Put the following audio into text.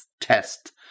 test